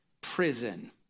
prison